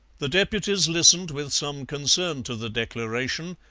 the deputies listened with some concern to the declaration,